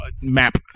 map